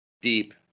deep